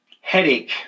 headache